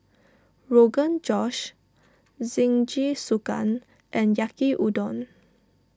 Rogan Josh Jingisukan and Yaki Udon